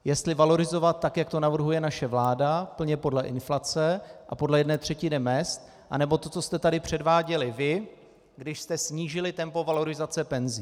Jestli valorizovat tak, jak to navrhuje naše vláda, plně podle inflace a podle jedné třetiny mezd, nebo to, co jste tu předváděli vy, když jste snížili tempo valorizace penzí.